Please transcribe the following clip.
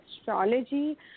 astrology